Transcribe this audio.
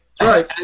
Right